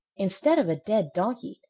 instead of a dead donkey,